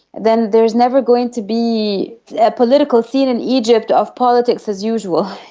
then there is never going to be a political scene in egypt of politics as usual.